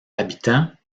habitants